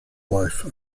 life